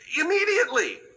Immediately